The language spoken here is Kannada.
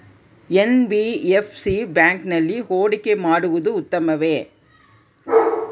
ಎನ್.ಬಿ.ಎಫ್.ಸಿ ಬ್ಯಾಂಕಿನಲ್ಲಿ ಹೂಡಿಕೆ ಮಾಡುವುದು ಉತ್ತಮವೆ?